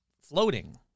floating